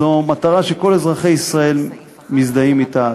זו מטרה שכל אזרחי ישראל מזדהים אתה,